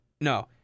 No